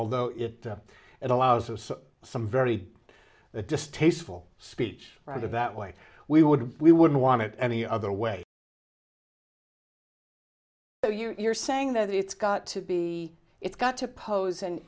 although it it allows some very distasteful speech rather that way we would we wouldn't want it any other way so you're saying that it's got to be it's got to pose an